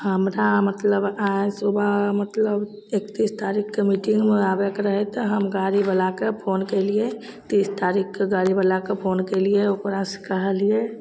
हमरा मतलब आइ सुबह मतलब एकतिस तारिखके मीटिन्गमे आबैके रहै तऽ हम गाड़ीवलाके फोन कएलिए तीस तारिखके गाड़ीवलाके फोन कएलिए ओकरासे कहलिए